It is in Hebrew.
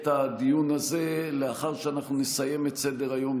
הדיון הזה לאחר שאנחנו נסיים את סדר-היום,